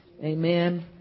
Amen